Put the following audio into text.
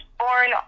born